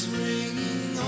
ringing